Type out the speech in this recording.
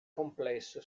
complesso